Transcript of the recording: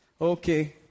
Okay